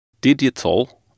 digital